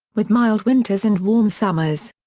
with mild winters and warm summers.